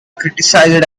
criticized